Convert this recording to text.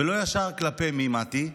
ולא ישר כלפי מי, מטי?